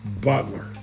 Butler